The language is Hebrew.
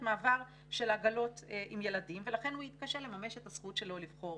מעבר של עגלות עם ילדים ולכן הוא התקשה לממש את הזכות שלו לבחור.